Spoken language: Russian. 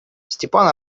степан